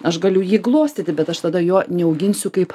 aš galiu jį glostyti bet aš tada jo neauginsiu kaip